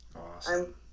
Awesome